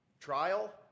Trial